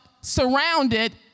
surrounded